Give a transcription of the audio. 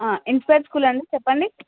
inspect school అండి చెప్పండి